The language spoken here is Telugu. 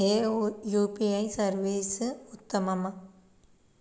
ఏ యూ.పీ.ఐ సర్వీస్ ఉత్తమము?